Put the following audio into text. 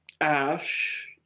Ash